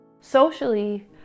Socially